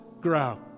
grow